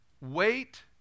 wait